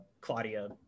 Claudia